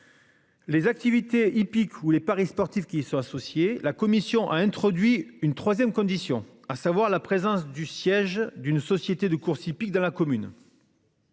Les activités hippiques ou les paris sportifs qui sont associés. La commission a introduit une 3ème condition à savoir la présence du siège d'une société de courses hippiques de la commune.